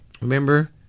Remember